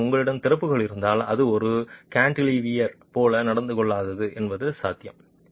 இருப்பினும் உங்களிடம் திறப்புகள் இருந்தால் அது ஒரு கான்டிலீவர் போல நடந்து கொள்ளாது என்பது சாத்தியம்